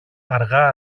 αργά